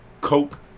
coke